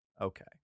Okay